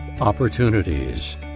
opportunities